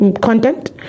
content